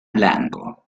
blanco